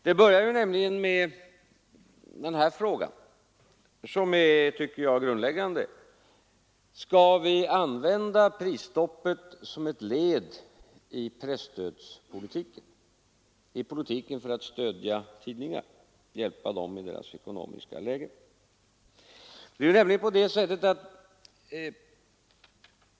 Det börjar nämligen med den här frågan som jag tycker är grundläggande: Skall vi använda prisstoppet som ett led i presstödspolitiken, för att stödja tidningar, hjälpa dem i deras ekonomiska läge?